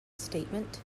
statement